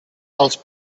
els